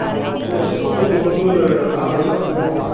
அது வந்து செண்டு உங்களுக்கு வந்து ஒரு நாலு லட்சம் ரூபா போகும்